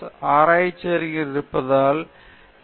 ஆராய்ச்சி அறிஞராக இருப்பதால் எம்